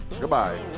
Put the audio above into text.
Goodbye